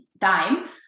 time